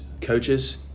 coaches